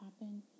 happen